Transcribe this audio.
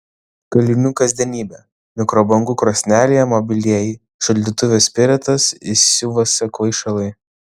kalinių kasdienybė mikrobangų krosnelėje mobilieji šaldytuve spiritas įsiuvuose kvaišalai